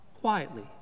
quietly